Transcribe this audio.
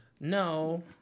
No